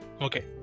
Okay